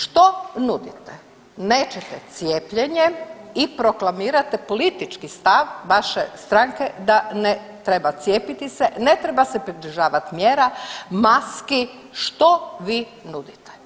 Što nudite, nećete cijepljenje i proklamirate politički stav vaše stranke da ne treba cijepiti se, ne treba se pridržavat mjera, maski, što vi nudite?